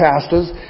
pastors